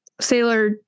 Sailor